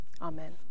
Amen